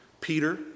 Peter